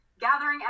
gathering